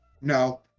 No